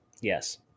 Yes